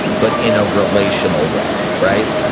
but in a relational way. right?